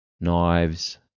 knives